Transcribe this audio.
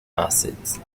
acids